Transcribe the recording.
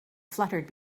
fluttered